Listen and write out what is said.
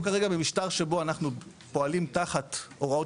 אנחנו כרגע במשטר שבו אנחנו פועלים תחת הוראות